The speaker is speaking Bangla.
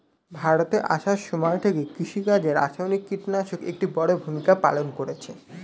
ভারতে আসার সময় থেকে কৃষিকাজে রাসায়নিক কিটনাশক একটি বড়ো ভূমিকা পালন করেছে